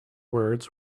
words